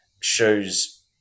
shows